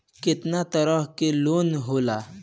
केतना तरह के लोन होला?